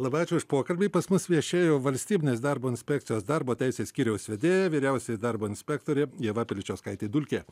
labai ačiū už pokalbį pas mus viešėjo valstybinės darbo inspekcijos darbo teisės skyriaus vedėja vyriausioji darbo inspektorė ieva piličiauskaitė dulkė